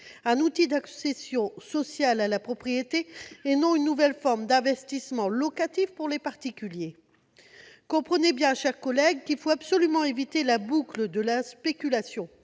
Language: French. un outil d'accession sociale à la propriété, et non une nouvelle forme d'investissement locatif pour les particuliers. Comprenez bien, mes chers collègues, qu'il faut absolument éviter d'entrer dans la boucle de la spéculation.